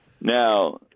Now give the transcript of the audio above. Now